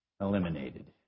eliminated